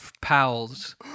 pals